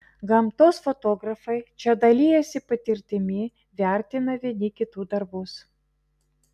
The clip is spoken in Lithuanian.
gamtos fotografai čia dalijasi patirtimi vertina vieni kitų darbus